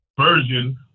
version